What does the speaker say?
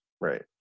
Right